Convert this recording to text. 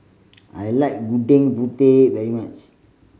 I like Gudeg Putih very much